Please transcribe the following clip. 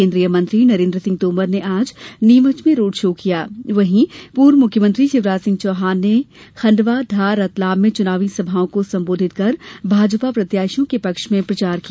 केंद्रीय मंत्री नरेंद्र सिंह तोमर ने आज नीमच में रोड शो किया वहीं पूर्व मुख्यमंत्री शिवराज सिंह चौहान खंडवा धार रतलाम में चुनावी सभाओं को संबोधित कर भाजपा प्रत्याशियों के पक्ष में प्रचार किया